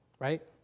Right